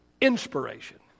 inspiration